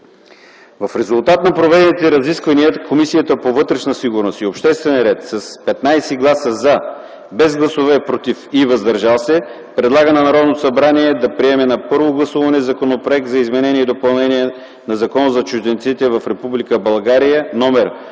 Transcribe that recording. В резултат на проведените разисквания Комисията по вътрешна сигурност и обществен ред с 15 гласа „за”, без гласове „против” и „въздържали се” предлага на Народното събрание да приеме на първо гласуване Законопроект за изменение и допълнение на Закона за чужденците в Република България, №